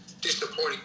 disappointing